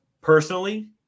Personally